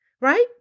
right